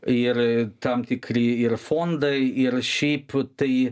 ir tam tikri ir fondai ir šiaip tai